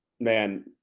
man